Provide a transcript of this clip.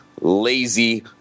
lazy